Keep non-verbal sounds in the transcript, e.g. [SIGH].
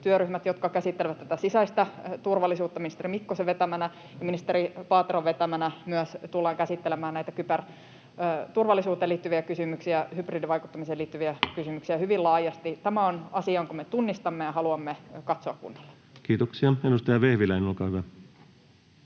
ministerityöryhmät, jotka käsittelevät sisäistä turvallisuutta ministeri Mikkosen vetämänä, ja ministeri Paateron vetämänä myös tullaan käsittelemään näitä kyberturvallisuuteen liittyviä kysymyksiä, hybridivaikuttamiseen liittyviä kysymyksiä [NOISE] hyvin laajasti. Tämä on asia, jonka me tunnistamme ja haluamme katsoa kunnolla. Kiitoksia. — Edustaja Vehviläinen, olkaa hyvä.